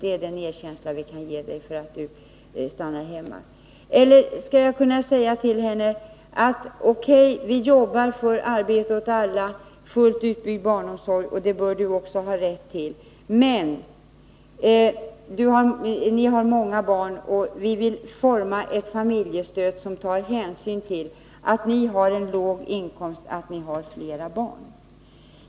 Det är den erkänsla vi kan ge dig för att du stannar hemma. Eller skall jag säga till henne: O.K., vi jobbar för arbete åt alla och fullt utbyggd barnomsorg, och sådan bör du också ha rätt till? Men ni har många barn, och vi vill forma ett familjestöd som tar hänsyn till att ni har låg inkomst och att ni har flera barn.